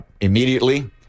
immediately